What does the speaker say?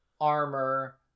armor